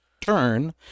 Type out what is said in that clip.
turn